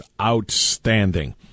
outstanding